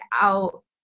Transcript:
out